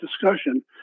discussion